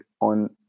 on